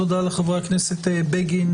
תודה לחברי הכנסת בגין,